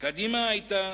קדימה היתה